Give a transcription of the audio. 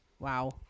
Wow